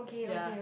ya